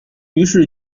于是